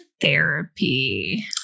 therapy